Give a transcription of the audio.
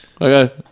okay